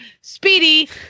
Speedy